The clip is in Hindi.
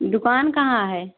दुकान कहाँ है